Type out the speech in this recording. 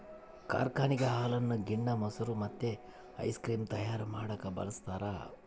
ಕಾರ್ಖಾನೆಗ ಹಾಲನ್ನು ಗಿಣ್ಣ, ಮೊಸರು ಮತ್ತೆ ಐಸ್ ಕ್ರೀಮ್ ತಯಾರ ಮಾಡಕ ಬಳಸ್ತಾರ